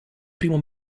primo